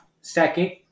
Second